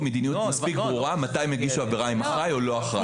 מדיניות מספיק ברורה אם הוא אחראי או לא אחראי.